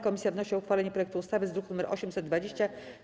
Komisja wnosi o uchwalenie projektu ustawy z druku nr 820.